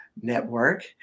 Network